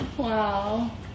Wow